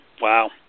Wow